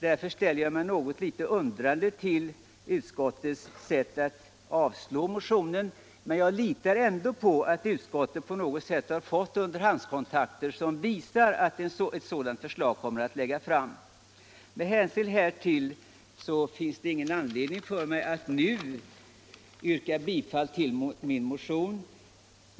Därför ställer jag mig något undrande till utskottets sätt att avstyrka motionen. Men jag litar ändå på att utskottet vid underhandskontakter har fått upplysningar som tyder på att sådant förslag kommer att läggas fram. Med hänsyn härtill finns det ingen anledning för mig att nu yrka bifall till motionen.